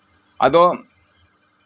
ᱟᱫᱚ